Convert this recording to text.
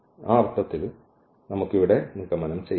ആ അർത്ഥത്തിൽ നമുക്ക് ഇവിടെ നിഗമനം ചെയ്യാം